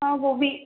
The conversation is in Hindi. हाँ वो भी